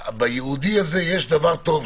בייעודי הזה יש דבר טוב,